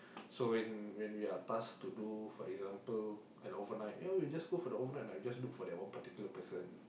so when when we are taked to do for example am overnight we just do that overnight we just look for that one person